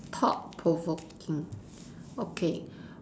thought provoking okay